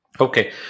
Okay